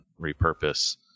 repurpose